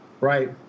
right